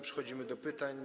Przechodzimy do pytań.